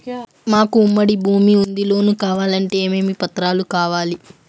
మాకు ఉమ్మడి భూమి ఉంది లోను కావాలంటే ఏమేమి పత్రాలు కావాలి?